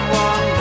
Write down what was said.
one